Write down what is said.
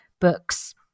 books